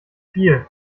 viel